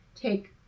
take